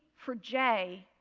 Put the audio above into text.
for jay,